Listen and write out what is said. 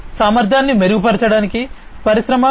0 లో సామర్థ్యాన్ని మెరుగుపరచడానికి పరిశ్రమ 4